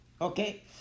Okay